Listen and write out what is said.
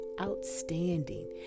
outstanding